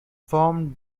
formed